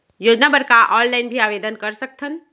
योजना बर का ऑनलाइन भी आवेदन कर सकथन?